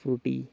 frutti